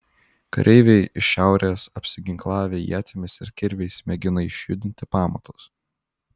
kareiviai iš šiaurės apsiginklavę ietimis ir kirviais mėgina išjudinti pamatus